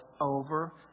over